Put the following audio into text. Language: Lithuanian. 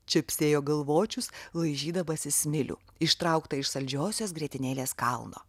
čepsėjo galvočius laižydamasis smilių ištrauktą iš saldžiosios grietinėlės kalno